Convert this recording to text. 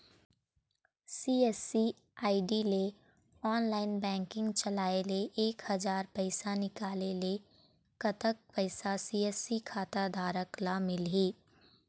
CSC ID ले online banking चलाए ले एक हजार पैसा निकाले ले कतक पैसा सी.एस.सी खाता धारक ला मिलही?